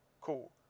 Cool